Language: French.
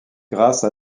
grâce